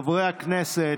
חברי הכנסת,